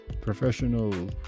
professional